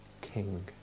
King